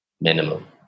minimum